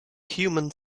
human